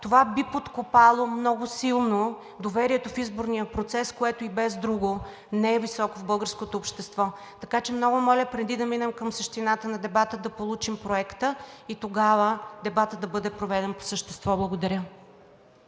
това би подкопало много силно доверието в изборния процес, което и без друго не е високо в българското общество. Така че много моля, преди да минем към същината на дебата, да получим проекта и тогава дебатът да бъде проведен по същество. Благодаря.